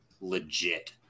legit